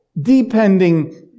Depending